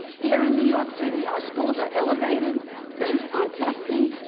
here in new york city, our schools are elevated based on testing,